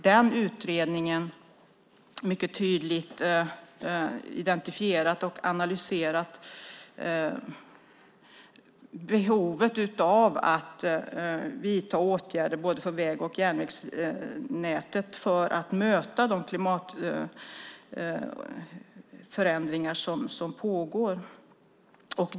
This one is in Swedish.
Den utredningen har mycket tydligt identifierat och analyserat behovet av att vidta åtgärder för både väg och järnvägsnätet för att möta de klimatförändringar som pågår.